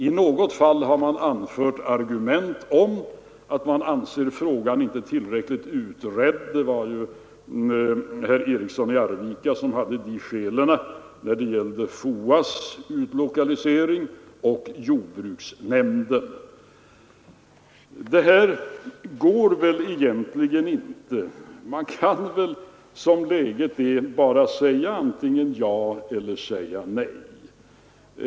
I något fall har man anfört som argument att man anser frågan inte vara tillräckligt utredd; det var herr Eriksson i Arvika som hade det skälet när det gällde FOA:s och jordbruksnämndens utlokalisering. Det här går egentligen inte. Som läget är, kan man bara säga antingen ja eller nej.